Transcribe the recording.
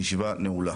הישיבה נעולה.